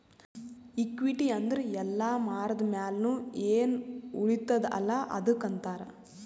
equity ಅಂದುರ್ ಎಲ್ಲಾ ಮಾರ್ದ ಮ್ಯಾಲ್ನು ಎನ್ ಉಳಿತ್ತುದ ಅಲ್ಲಾ ಅದ್ದುಕ್ ಅಂತಾರ್